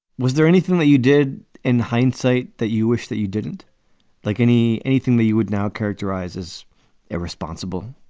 was there anything that you did in hindsight that you wish that you didn't like any anything that you would now characterize as irresponsible?